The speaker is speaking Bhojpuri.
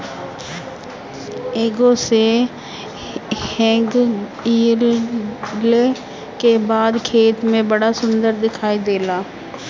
हेंगा से हेंगईले के बाद खेत बड़ा सुंदर दिखाई देला